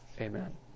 Amen